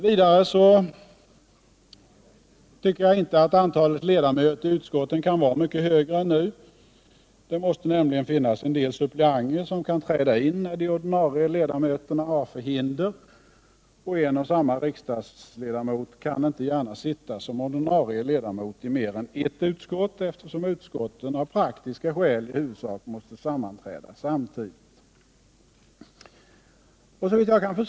Vidare anser jag att antalet ledamöter i utskotten inte kan vara särskilt mycket större än nu. Det måste nämligen finnas en del suppleanter som kan träda in när de ordinarie ledamöterna har förhinder. En och samma riksdagsledamot kan inte gärna vara ordinarie ledamot i mer än ett utskott, eftersom utskotten av praktiska skäl i huvudsak måste sammanträda samtidigt.